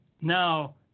now